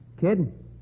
Kid